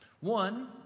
One